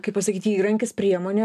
kaip pasakyt įrankis priemonė